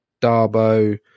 Darbo